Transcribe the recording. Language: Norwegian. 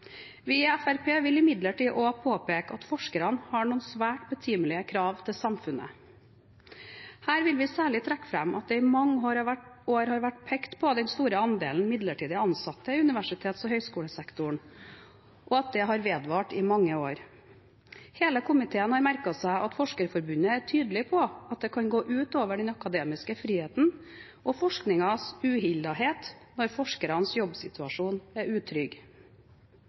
Vi i Fremskrittspartiet vil imidlertid også påpeke at forskerne har noen svært betimelige krav til samfunnet. Her vil vi særlig trekke fram at det i mange år har vært pekt på den store andelen midlertidig ansatte i universitets- og høyskolesektoren, og at dette har vedvart i mange år. Hele komiteen har merket seg at Forskerforbundet er tydelige på at det kan gå ut over den akademiske friheten og forskningens uhildethet når forskernes jobbsituasjon er utrygg.